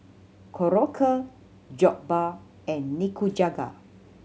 Korokke Jokbal and Nikujaga